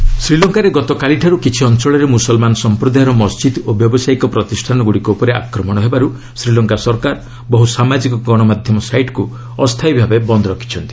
SL curfew ଶ୍ରୀଲଙ୍କାରେ ଗତକାଲିଠାର୍ କିଛି ଅଞ୍ଚଳରେ ମୁସଲ୍ମାନ ସମ୍ପ୍ରଦାୟର ମସ୍କିଦ୍ ଓ ବ୍ୟାବସାୟିକ ପ୍ରତିଷ୍ଠାନ ଉପରେ ଆକ୍ରମଣ ହେବାର୍ ଶ୍ରୀଲଙ୍କା ସରକାର ବହୁ ସାମାଜିକ ଗଣମାଧ୍ୟମ ସାଇଟ୍କୁ ଅସ୍ଥାୟୀ ଭାବେ ବନ୍ଦ୍ ରଖିଛନ୍ତି